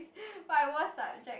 my worst subject